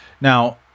Now